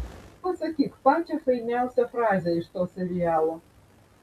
pasakyk pačią fainiausią frazę iš to serialo